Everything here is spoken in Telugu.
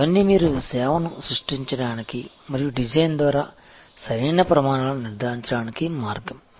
ఇవన్నీ మీరు సేవను సృష్టించడానికి మరియు డిజైన్ ద్వారా సరైన ప్రమాణాలను నిర్ధారించడానికి మార్గం